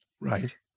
Right